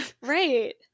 Right